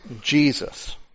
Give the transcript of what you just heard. Jesus